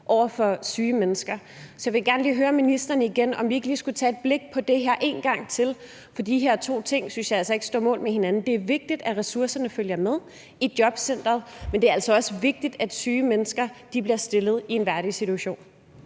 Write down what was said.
over for syge mennesker. Så jeg vil gerne høre ministeren igen, om vi ikke lige skulle kaste et blik på det her en gang til, for de her to ting synes jeg altså ikke står lige. Det er vigtigt, at ressourcerne følger med i jobcenteret, men det er altså også vigtigt, at syge mennesker bliver stillet i en værdig situation.